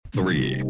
three